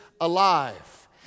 alive